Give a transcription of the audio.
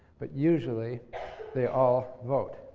but usually they all vote.